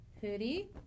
hoodie